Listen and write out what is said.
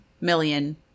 million